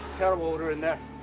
terrible odor in there.